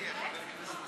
הצעת